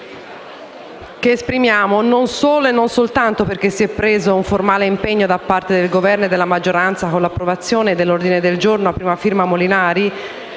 che esprimiamo, non solo e non soltanto perché si è preso un formale impegno, da parte del Governo e della maggioranza, con l'approvazione dell'ordine del giorno a prima firma del